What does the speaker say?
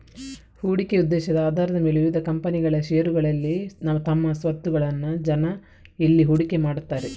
ಹೂಡಿಕೆ ಉದ್ದೇಶದ ಆಧಾರದ ಮೇಲೆ ವಿವಿಧ ಕಂಪನಿಗಳ ಷೇರುಗಳಲ್ಲಿ ತಮ್ಮ ಸ್ವತ್ತುಗಳನ್ನ ಜನ ಇಲ್ಲಿ ಹೂಡಿಕೆ ಮಾಡ್ತಾರೆ